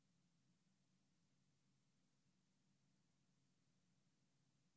כן, אני